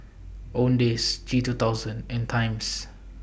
Owndays G two thousand and Times